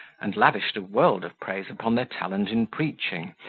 and lavished a world of praise upon their talent in preaching,